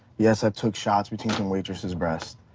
yes i took shots between some waitresses breasts,